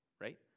right